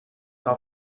cal